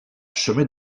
chemin